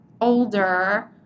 older